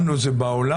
לנו זה בעולם?